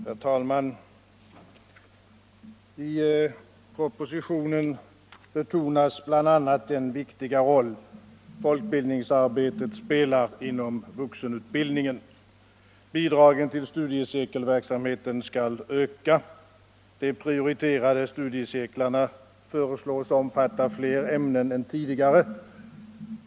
Herr talman! I propositionen betonas bl.a. den viktiga roll folkbildningsarbetet spelar inom vuxenutbildningen. Bidragen till studieverksamheten skall öka. De prioriterade studiecirklarna föreslås omfatta fler ämnen än tidigare.